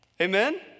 Amen